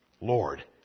Lord